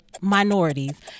minorities